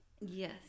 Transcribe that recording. Yes